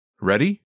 Ready